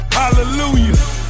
hallelujah